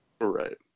Right